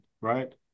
right